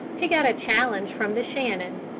he got a challenge from the shannon.